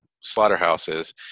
slaughterhouses